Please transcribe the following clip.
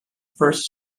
first